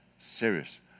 Serious